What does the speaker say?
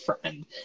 friend